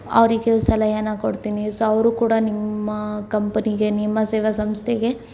ಅವರಿಗೆ ಸಲಹೆಯನ್ನು ಕೊಡ್ತೀನಿ ಸೊ ಅವರು ಕೂಡ ನಿಮ್ಮ ಕಂಪನಿಗೆ ನಿಮ್ಮ ಸೇವಾ ಸಂಸ್ಥೆಗೆ